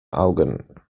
augen